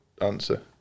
answer